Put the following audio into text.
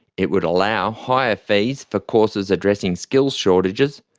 it would allow higher fees for courses addressing skills shortages,